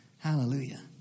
Hallelujah